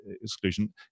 exclusion